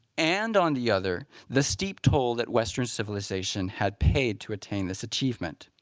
and on the other, this deep toll that western civilization had paid to attain this achievement.